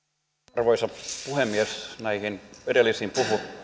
arvoisa puhemies näihin edellisiin